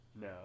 no